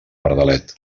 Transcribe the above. pardalet